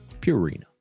Purina